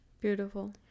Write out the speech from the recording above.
Beautiful